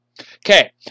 Okay